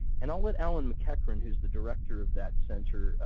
and i'll let alan maceachren, who's the director of that center,